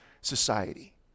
society